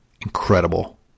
incredible